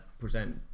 Present